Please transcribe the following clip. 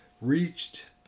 reached